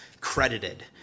credited